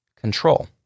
control